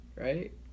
right